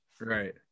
Right